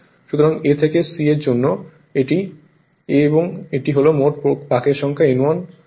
সুতরাং A থেকে C এর জন্য এটি A এবং এটি হল মোট পাকের সংখ্যা N1